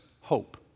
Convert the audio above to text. hope